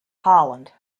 holland